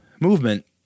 movement